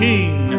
King